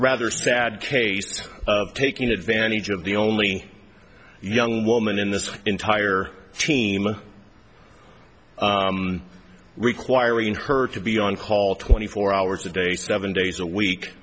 rather sad case of taking advantage of the only young woman in this entire team requiring her to be on call twenty four hours a day seven days a week